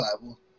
Bible